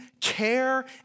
care